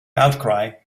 outcry